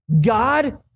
God